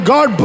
God